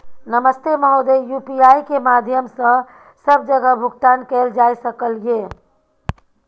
नमस्ते महोदय, यु.पी.आई के माध्यम सं सब जगह भुगतान कैल जाए सकल ये?